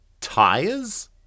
tires